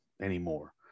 anymore